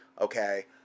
okay